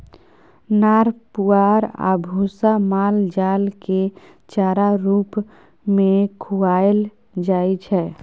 नार पुआर आ भुस्सा माल जालकेँ चारा रुप मे खुआएल जाइ छै